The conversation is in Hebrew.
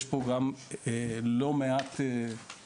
יש פה גם לא מעט סיכונים,